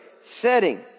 setting